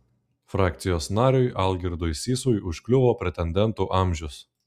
frakcijos nariui algirdui sysui užkliuvo pretendentų amžius